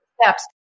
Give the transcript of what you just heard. steps